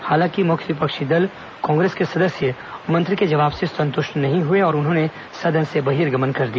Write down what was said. हालांकि मुख्य विपक्षी दल कांग्रेस के सदस्य मंत्री के जवाब से संतुष्ट नहीं हुए और उन्होंने सदन से बहिर्गमन कर दिया